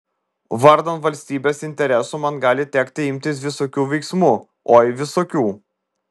vardan valstybės interesų man gali tekti imtis visokių veiksmų oi visokių